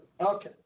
Okay